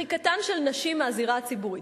מחיקתן של נשים מהזירה הציבורית.